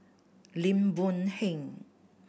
Lim Boon Heng